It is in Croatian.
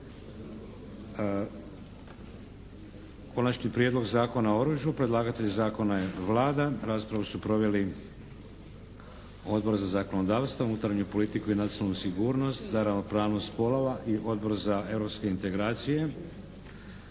čitanje, P.Z.E. br. 522 Predlagatelj zakona je Vlada. Raspravu su proveli Odbor za zakonodavstvo, unutarnju politiku i nacionalnu sigurnost, za ravnopravnost spolova i Odbor za europske integracije.